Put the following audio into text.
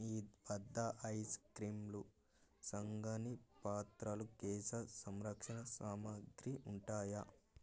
మీ వద్ద ఐస్క్రీంలు సంగణీ పాత్రలు కేశ సంరక్షణ సామాగ్రి ఉంటాయా